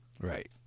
right